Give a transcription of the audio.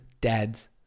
Dads